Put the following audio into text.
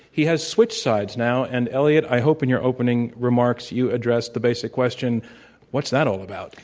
he has switched sides now. and eliot, i hope in your opening remarks you address the basic question what's that all about?